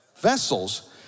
Vessels